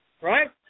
right